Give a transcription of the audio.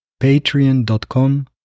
patreon.com